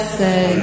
say